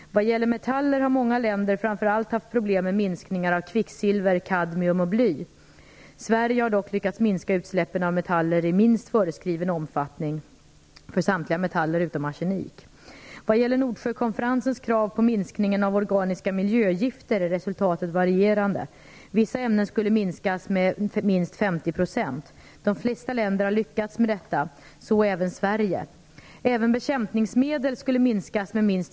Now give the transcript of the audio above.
Vad gäller metaller har många länder haft problem framför allt med minskningar av kvicksilver, kadmium och bly. Sverige har dock lyckats minska utsläppen av metaller i minst föreskriven omfattning för samtliga metaller utom arsenik. Vad gäller Nordsjökonferensens krav på minskningen av organiska miljögifter är resultatet varierande. Vissa ämnen skulle minskas med minst 50 %. De flesta länder har lyckats med detta, så även Sverige.